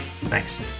Thanks